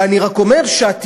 ואני רק אומר שהתקשורת,